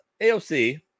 AOC